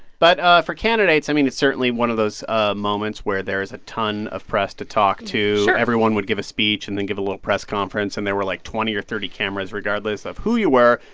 but ah for candidates, i mean, it's certainly one of those ah moments where there is a ton of press to talk to sure everyone would give a speech and then give a little press conference. and there were, like, twenty or thirty cameras regardless of who you were.